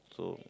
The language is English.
so